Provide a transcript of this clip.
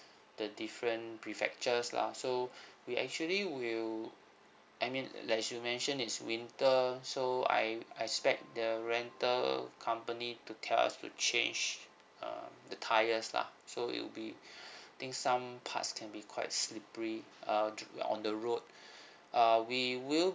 the different prefectures lah so we actually will I mean like you mention it's winter so I expect the rental company to tell us to change uh the tires lah so it will be think some parts can be quite slippery uh to you're on the road uh we will